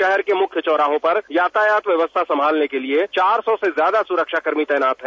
शहर के मुख्य चौराहों पर यातायात व्यवस्था संभालने के लिए चार सौ से ज्यादा सुरक्षा कर्मी तैनात हैं